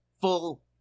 full